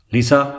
Lisa